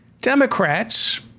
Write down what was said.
Democrats